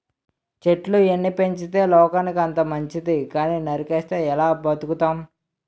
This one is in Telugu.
చెట్లు ఎన్ని పెంచితే లోకానికి అంత మంచితి కానీ నరికిస్తే ఎలా బతుకుతాం?